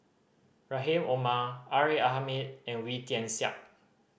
Rahim Omar R A Hamid and Wee Tian Siak